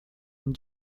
and